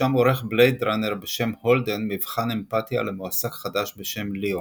שם עורך בלייד ראנר בשם הולדן מבחן אמפתיה למועסק חדש בשם ליאון.